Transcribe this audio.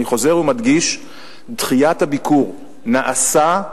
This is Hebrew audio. אני חוזר ומדגיש: דחיית הביקור נעשתה